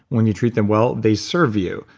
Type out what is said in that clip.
when you treat them well, they serve you,